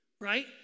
right